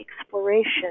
exploration